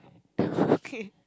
okay